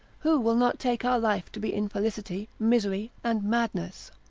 who will not take our life to be infelicity, misery, and madness?